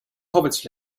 hobbits